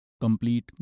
complete